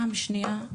פעם שנייה,